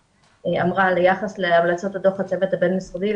אמרה על היחס להמלצות דוח הצוות הבין-משרדי.